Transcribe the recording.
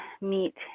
meet